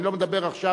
אני לא מדבר עכשיו,